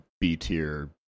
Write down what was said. b-tier